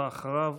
ואחריו,